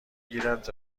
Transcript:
گیرد